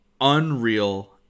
unreal